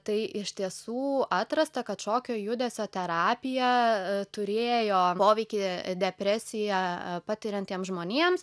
tai iš tiesų atrasta kad šokio judesio terapija turėjo poveikį depresiją patiriantiems žmonėms